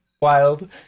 Wild